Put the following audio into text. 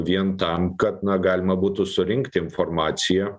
vien tam kad na galima būtų surinkti informaciją